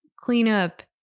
cleanup